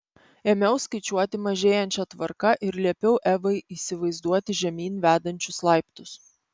ėmiau skaičiuoti mažėjančia tvarka ir liepiau evai įsivaizduoti žemyn vedančius laiptus